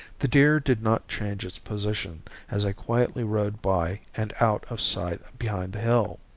the deer did not change its position as i quietly rode by and out of sight behind the hill.